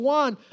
one